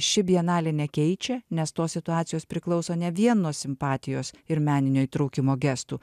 ši bienalė nekeičia nes tos situacijos priklauso ne vienos simpatijos ir meninio įtraukimo gestų